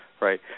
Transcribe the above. Right